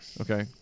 Okay